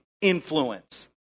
influence